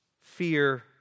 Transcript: fear